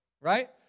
Right